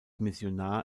missionar